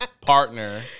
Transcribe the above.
Partner